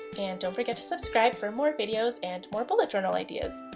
and don't forget to subscribe for more videos and more bullet journal ideas.